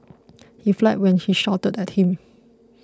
he fled when she shouted at him